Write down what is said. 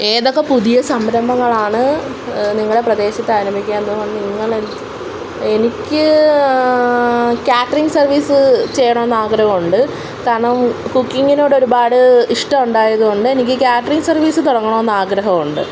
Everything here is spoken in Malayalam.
ഏതൊക്കെ പുതിയ സംരംഭങ്ങളാണ് നിങ്ങളെ പ്രദേശത്ത് ആരംഭിക്കാന് നിങ്ങള് എനിക്ക് കാറ്ററിങ് സർവീസ് ചെയ്യണമെന്ന് ആഗ്രഹമുണ്ട് കാരണം കുക്കിങ്ങിനോടൊരുപാട് ഇഷ്ടമുണ്ടായതു കൊണ്ട് എനിക്ക് കാറ്ററിങ് സർവീസ് തുടങ്ങണമെന്ന് ആഗ്രഹമുണ്ട്